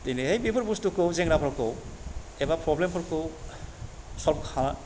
दिनैहाय बे बुस्थुफोरखौ जेंनाफोरखौ एबा प्रब्लेम फोरखौ सलभ खालाम